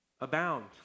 abound